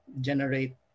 generate